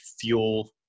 fuel